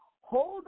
hold